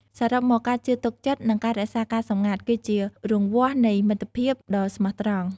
សរុបមក ការជឿទុកចិត្ត និងការរក្សាការសម្ងាត់ គឺជារង្វាស់នៃមិត្តភាពដ៏ស្មោះត្រង់។